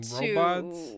robots